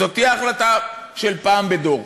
זו תהיה החלטה של פעם בדור,